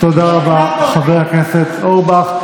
תודה רבה, חבר הכנסת אורבך.